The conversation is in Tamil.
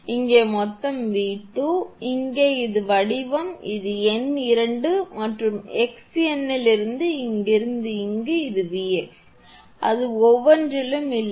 இங்கே மொத்தம் 𝑉2 இங்கே இங்கே வடிவம் அது எண் 2 மற்றும் x எண்ணிலிருந்து இங்கிருந்து இங்கு அது 𝑉𝑥 அது ஒவ்வொன்றிலும் இல்லை